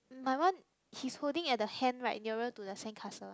my one he's holding at the hand right nearer to the sandcastle